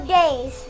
days